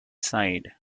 side